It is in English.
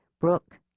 Brooke